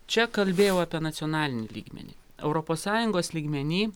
čia kalbėjau apie nacionalinį lygmenį europos sąjungos lygmeny